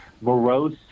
Morose